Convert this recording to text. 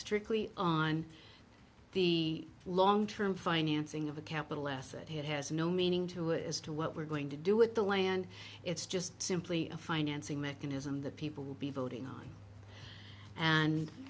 strictly on the long term financing of a capital s it has no meaning to it as to what we're going to do with the land it's just simply a financing mechanism that people will be voting on and